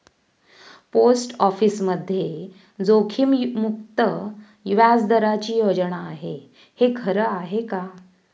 Post ऑफिसमध्ये जोखीममुक्त व्याजदराची योजना आहे, हे खरं आहे का?